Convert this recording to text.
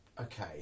Okay